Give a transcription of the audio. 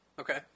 Okay